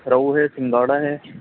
روہو ہے سنگھاڑا ہے